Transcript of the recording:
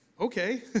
okay